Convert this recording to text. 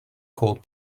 cold